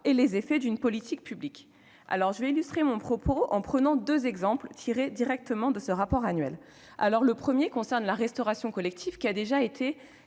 et les effets d'une politique publique. J'illustrerai mon propos en prenant deux exemples tirés directement de ce rapport annuel. Le premier concerne la restauration collective, point qui a déjà été